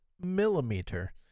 millimeter